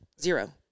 Zero